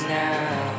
now